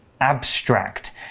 abstract